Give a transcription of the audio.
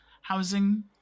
housing